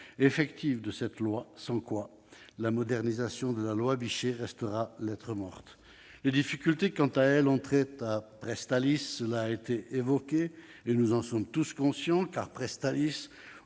effective de la future loi. Sans cela, la modernisation de la loi Bichet restera lettre morte ! Les difficultés, quant à elles, ont trait à Presstalis- son cas a été évoqué et nous sommes tous conscients de ces